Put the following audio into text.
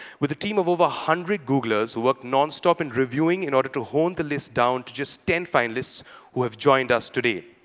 with a team of over a hundred googlers who worked non-stop in reviewing in order to hone the list down to just ten finalists who have joined us today.